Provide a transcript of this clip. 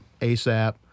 ASAP